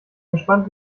gespannt